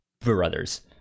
Brothers